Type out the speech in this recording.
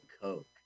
Coke